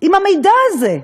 עם המידע הזה?